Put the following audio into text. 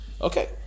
Okay